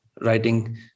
writing